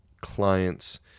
client's